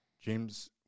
James